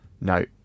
no